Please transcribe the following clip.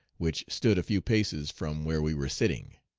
which stood a few paces from where we were sitting.